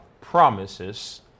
promises